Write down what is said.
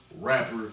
rapper